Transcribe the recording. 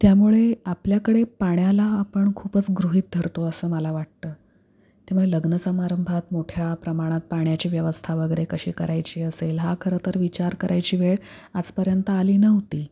त्यामुळे आपल्याकडे पाण्याला आपण खूपच गृहित धरतो असं मला वाटतं त्यामुळे लग्नसमारंभात मोठ्या प्रमाणात पाण्याची व्यवस्था वगैरे कशी करायची असेल हा खरं तर विचार करायची वेळ आजपर्यंत आली नव्हती